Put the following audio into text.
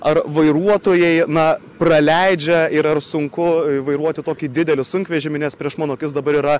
ar vairuotojai na praleidžia ir ar sunku vairuoti tokį didelį sunkvežimį nes prieš mano akis dabar yra